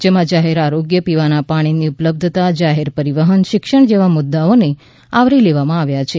જેમાં જાહેર આરોગ્ય પીવાના પાણીની ઉપલબ્ધતા જાહેર પરિવહન શિક્ષણ જેવા મુદાઓને આવરી લેવામાં આવ્યા છે